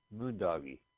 Moondoggy